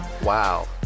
Wow